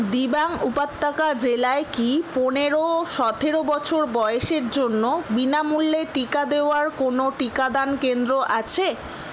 দিবাং উপত্যকা জেলায় কি পনেরো ও সতেরো বছর বয়সের জন্য বিনামূল্যে টিকা দেওয়ার কোনও টিকাদান কেন্দ্র আছে